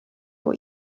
vor